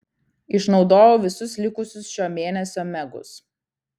išnaudojau visus likusius šio mėnesio megus